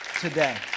today